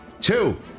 Two